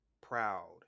proud